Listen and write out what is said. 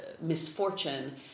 misfortune